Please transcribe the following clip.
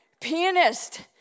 pianist